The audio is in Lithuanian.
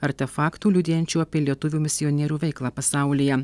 artefaktų liudijančių apie lietuvių misionierių veiklą pasaulyje